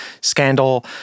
scandal